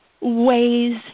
ways